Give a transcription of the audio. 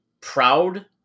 proud